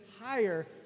higher